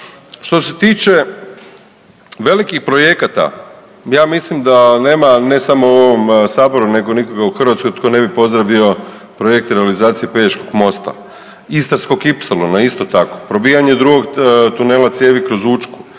Što se tiče velikih projekata ja mislim da nema ne samo u ovom saboru nego nikoga u Hrvatskoj tko ne bi pozdravio projekt realizacije Pelješkog mosta, Istarskog ipsilona isto tako, probijanje drugog tunela cijevi kroz Učku,